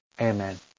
Amen